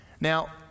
Now